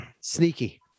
sneaky